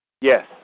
Yes